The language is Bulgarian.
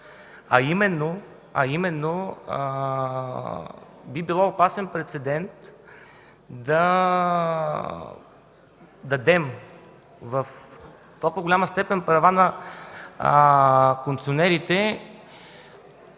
а именно, че би било опасен прецедент да дадем в толкова голяма степен права на концесионерите,